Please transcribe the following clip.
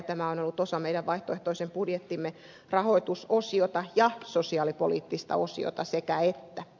tämä on ollut osa meidän vaihtoehtoisen budjettimme rahoitusosiota ja sosiaalipoliittista osiota sekä että